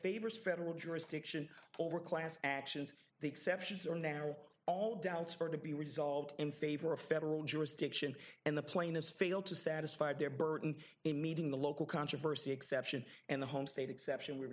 favors federal jurisdiction over class actions the exceptions are narrow all doubts are to be resolved in favor of federal jurisdiction and the plaintiff failed to satisfy their burden in meeting the local controversy exception and the home state exception we